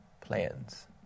plans